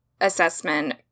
assessment